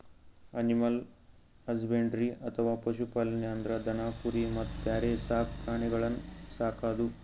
animal husbandry ಅಥವಾ ಪಶು ಪಾಲನೆ ಅಂದ್ರ ದನ ಕುರಿ ಮತ್ತ್ ಬ್ಯಾರೆ ಸಾಕ್ ಪ್ರಾಣಿಗಳನ್ನ್ ಸಾಕದು